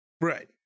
Right